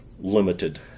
limited